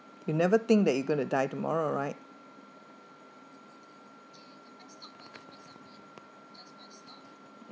you never think that you going to die tomorrow right